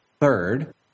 Third